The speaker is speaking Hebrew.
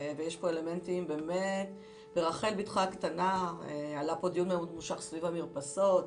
ויש פה אלמנטים -- עלה פה דיון מאוד ממושך סביב המרפסות.